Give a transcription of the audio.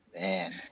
man